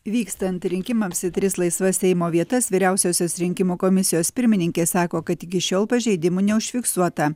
vykstant rinkimams į tris laisvas seimo vietas vyriausiosios rinkimų komisijos pirmininkė sako kad iki šiol pažeidimų neužfiksuota